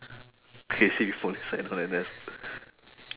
crazy people only sign on N_S